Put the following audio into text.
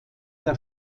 der